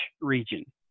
region